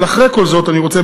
אבל אחרי כל זאת אני רוצה,